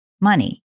money